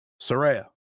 Soraya